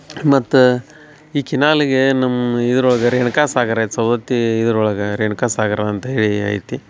ಮತ್ತು ಈ ಕಿನಾಲಿಗೆ ನಮ್ಮ ಇದ್ರ ಒಳಗೆ ರೇಣುಕಾ ಸಾಗರ ಐತಿ ಸೌದತ್ತೀ ಇದ್ರ ಒಳಗೆ ರೇಣುಕಾ ಸಾಗರ ಅಂತ ಹೇಳಿ ಐತಿ